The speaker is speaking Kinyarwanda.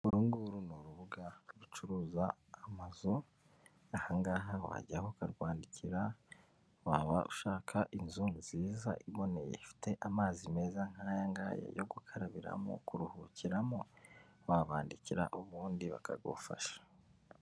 Uru nguru ni urubuga rucuruza amazu, aha ngaha wajyaho ukarwandikira, waba ushaka inzu nziza iboneye ifite amazi meza nk'aya ngaya yo gukarabiramo, kuruhukiramo, wabandikira ubundi bakagufasha.